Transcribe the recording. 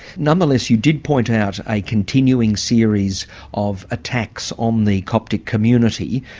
nonetheless you did point out a continuing series of attacks on the coptic community.